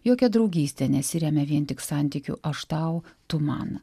jokia draugystė nesiremia vien tik santykiu aš tau tu man